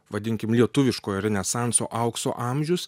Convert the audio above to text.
vadinkim lietuviškojo renesanso aukso amžius